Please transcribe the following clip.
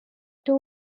two